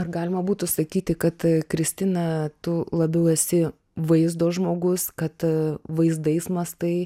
ar galima būtų sakyti kad kristina tu labiau esi vaizdo žmogus kad vaizdais mąstai